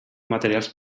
materials